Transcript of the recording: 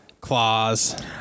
claws